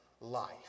Life